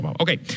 Okay